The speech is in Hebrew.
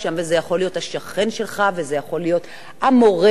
וזה יכול להיות השכן שלך וזה יכול להיות המורה של